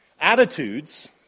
attitudes